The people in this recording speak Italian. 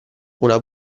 una